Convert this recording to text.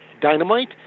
Dynamite